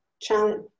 challenge